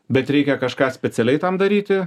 bet reikia kažką specialiai tam daryti